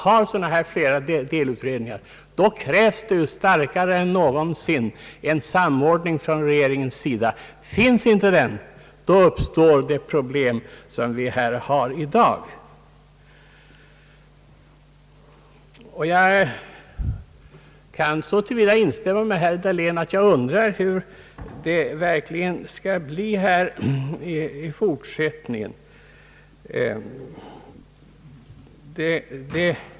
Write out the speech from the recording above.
Har man flera delutredningar i ett frågekomplex, krävs det starkare än någonsin en samordning av utredningsarbetet från regeringens sida. Finns inte den, uppstår det problem som vi kan se i dag. Jag kan så till vida instämma med herr Dahlén att jag verkligen undrar hur det skall bli på denna punkt i fortsättningen.